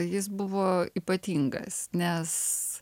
jis buvo ypatingas nes